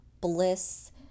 bliss